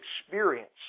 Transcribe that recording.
experience